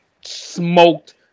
smoked